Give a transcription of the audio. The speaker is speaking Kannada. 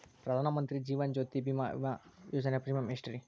ಪ್ರಧಾನ ಮಂತ್ರಿ ಜೇವನ ಜ್ಯೋತಿ ಭೇಮಾ, ವಿಮಾ ಯೋಜನೆ ಪ್ರೇಮಿಯಂ ಎಷ್ಟ್ರಿ?